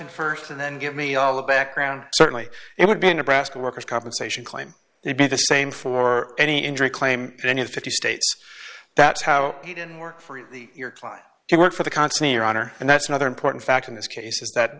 question st and then give me all the background certainly it would be a nebraska worker's compensation claim it be the same for any injury claim for any of the fifty states that's how i didn't work for your client you work for the consul your honor and that's another important fact in this case is that